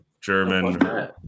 German